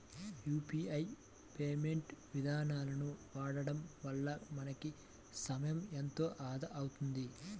UPI payment ఇదానాలను వాడడం వల్ల మనకి సమయం ఎంతో ఆదా అవుతుంది